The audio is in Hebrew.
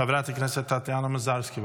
חברת הכנסת טטיאנה מזרסקי,